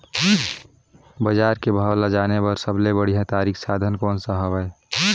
बजार के भाव ला जाने बार सबले बढ़िया तारिक साधन कोन सा हवय?